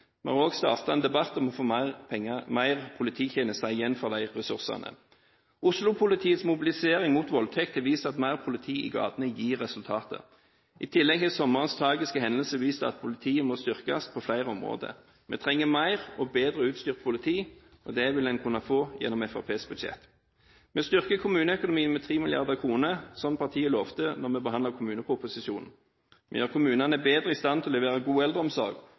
Vi har også startet en debatt om å få mer polititjenester igjen for de ressursene. Oslo-politiets mobilisering mot voldtekt har vist at mer politi i gatene gir resultat. I tillegg har sommerens tragiske hendelser vist at politiet må styrkes på flere områder. Vi trenger mer og bedre utstyrt politi, og det vil en kunne få gjennom Fremskrittspartiets budsjett. Vi styrker kommuneøkonomien med 3 mrd. kr, som partiet lovte da vi behandlet kommuneproposisjonen. Vi gjør kommunene bedre i stand til å levere god eldreomsorg